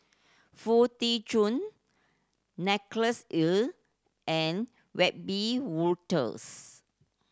Foo Tee Jun Nicholas Ee and Wiebe Wolters